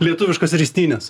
lietuviškas ristynes